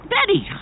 Betty